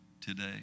today